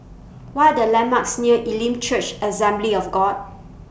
What Are The landmarks near Elim Church Assembly of God